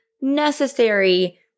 necessary